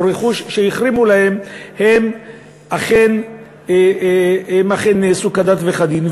של רכוש שהחרימו להם אכן נעשתה כדת וכדין.